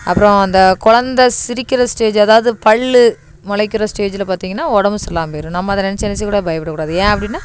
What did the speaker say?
அப்புறம் அந்த குந்த சிரிக்கின்ற ஸ்டேஜ் அதாவது பல்லு முளைக்கின்ற ஸ்டேஜில் பார்த்திங்கனா உடம்பு சரியில்லாமல் போயிடும் நம்ம அதை நினச்சி நினச்சிக்கூட பயப்படக்கூடாது ஏன் அப்படின்னா